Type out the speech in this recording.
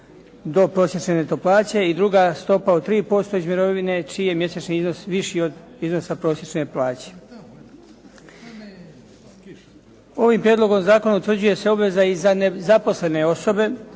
do prosječne neto plaće i druga stopa od 3% iz mirovne čiji mjesečni iznos viši od iznosa prosječene plaće. Ovim prijedlogom zakona utvrđuje se obveza i za nezaposlene osobe